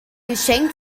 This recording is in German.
geschenk